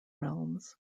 realms